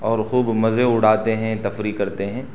اور خوب مزے اڑاتے ہیں تفریح کرتے ہیں